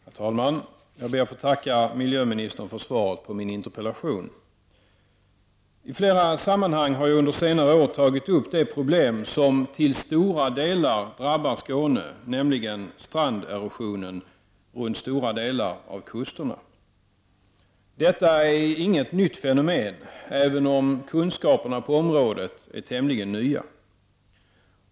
Herr talman! Jag ber att få tacka miljöministern för svaret på min interpellation. I flera sammanhang har jag under senare år tagit upp det problem som till stora delar drabbar Skåne, nämligen stranderosionen runt stora delar av kusterna. Detta är inget nytt fenomen, även om kunskaperna på området är tämligen nya.